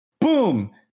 Boom